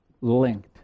linked